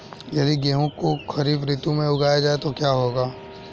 यदि गेहूँ को खरीफ ऋतु में उगाया जाए तो क्या होगा?